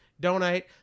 donate